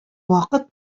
вакыт